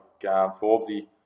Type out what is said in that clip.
Forbesy